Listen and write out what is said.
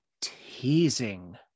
teasing